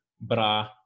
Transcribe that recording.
bra